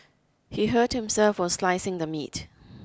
he hurt himself while slicing the meat